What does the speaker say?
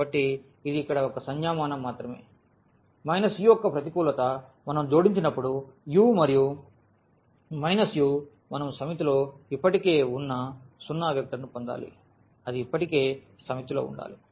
కాబట్టి ఇది ఇక్కడ ఒక సంజ్ఞామానం మాత్రమే u యొక్క ప్రతికూలత మనం జోడించినప్పుడు u మరియు u మనం సమితిలో ఇప్పటికే ఉన్న సున్నా వెక్టర్ను పొందాలి అది ఇప్పటికే సమితిలో ఉండాలి